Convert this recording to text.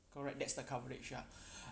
correct that's the coverage uh